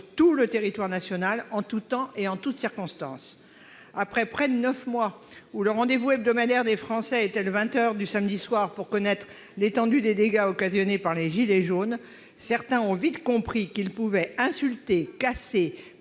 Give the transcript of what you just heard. tout le territoire national, en tout temps et en toutes circonstances. Après près de neuf mois où le rendez-vous hebdomadaire des Français était le journal de 20 heures du samedi soir pour connaître l'étendue des dégâts occasionnés par les « gilets jaunes », certains ont vite compris qu'ils pouvaient insulter, casser,